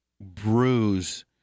bruise